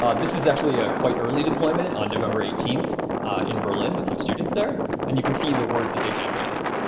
ah this is actually a quite early deployment on november eighteen in berlin with some students there. and you can see the words that they generated.